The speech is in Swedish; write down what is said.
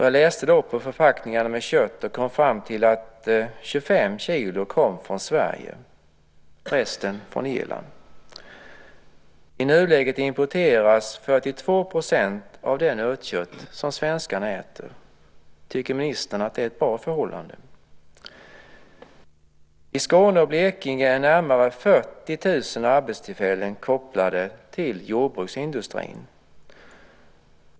Jag läste på förpackningarna med kött och kom fram till att 25 kilo kom från Sverige och resten från Irland. I nuläget importeras 42 % av det nötkött som svenskarna äter. Tycker ministern att det är ett bra förhållande? I Skåne och Blekinge är närmare 40 000 arbetstillfällen kopplade till jordbruksindustrin.